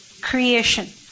creation